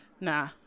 Nah